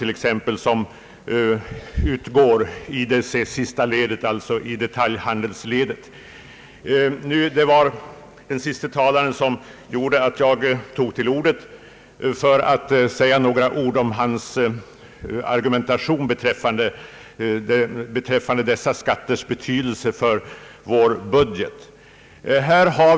Det var den närmast föregående talarens argumentation som gjorde att jag tog till orda för att säga något beträffande dessa skatter.